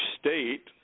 state